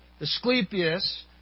Asclepius